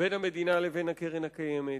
בין המדינה לבין הקרן הקיימת.